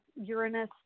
Uranus